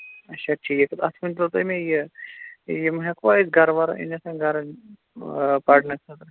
اَچھا ٹھیٖک اَتھ ؤنۍتَو تُہۍ مےٚ یہِ یِم ہٮ۪کوا أسۍ گرٕ وَرٕ أنِتھ گَرِ آ پرنہٕ خٲطرٕ